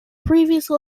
previously